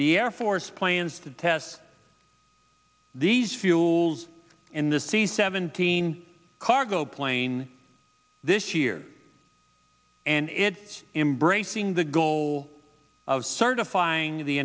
the air force plans to test these fuels in the c seventeen cargo plane this year and it's embracing the goal of certifying the